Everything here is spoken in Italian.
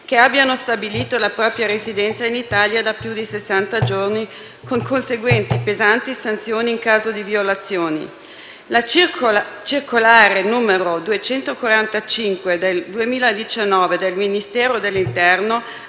che abbiano stabilito la propria residenza in Italia da più di sessanta giorni, con conseguenti pesanti sanzioni in caso di violazioni. La circolare n. 245 del 2019 del Ministero dell'interno,